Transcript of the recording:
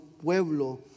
pueblo